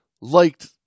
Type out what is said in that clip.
liked